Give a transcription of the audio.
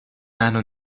منو